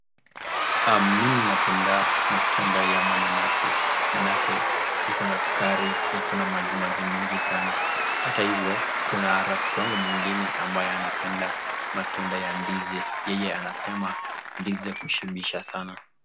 Mimi napenda matunda ya mananasi maanake iko na sukari na iko na maji maji mingi sana hata hivyo kuna rafiki yangu mwingine ambaye anapenda matunda ya ndizi yeye anasema ndizi hushibisha sana.